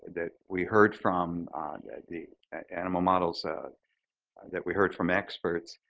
that we heard from yeah the animal models ah that we heard from experts,